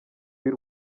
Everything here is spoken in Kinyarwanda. y’u